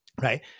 right